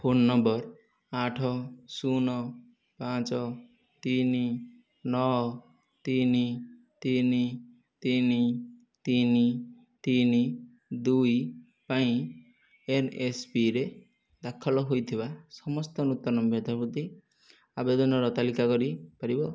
phone number ଆଠ ଶୂନ ପାଞ୍ଚ ତିନି ନଅ ତିନି ତିନି ତିନି ତିନି ତିନି ଦୁଇ ପାଇଁ ଏନ୍ଏସ୍ପିରେ ଦାଖଲ ହୋଇଥିବା ସମସ୍ତ ନୂତନ ମେଧାବୃତ୍ତି ଆବେଦନର ତାଲିକା କରି ପାରିବ